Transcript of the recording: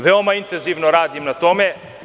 Veoma intenzivno radim na tome.